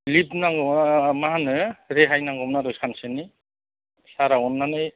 live नांगौ मोन मा होनो रेहाय नांगौमोन आरो सानसेनि सारा अननानै